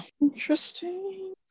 Interesting